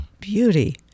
beauty